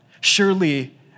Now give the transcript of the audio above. Surely